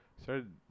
started